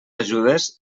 ajudes